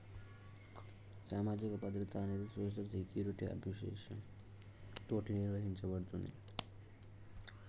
సామాజిక భద్రత అనేది సోషల్ సెక్యురిటి అడ్మినిస్ట్రేషన్ తోటి నిర్వహించబడుతుంది